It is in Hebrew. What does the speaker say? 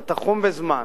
אתה תחום בזמן.